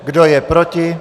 Kdo je proti?